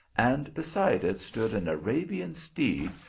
and beside it stood an arabian steed,